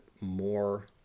more